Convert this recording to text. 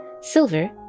silver